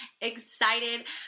excited